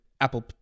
Apple